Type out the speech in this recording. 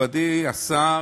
מכובדי השר,